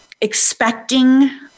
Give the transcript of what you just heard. expecting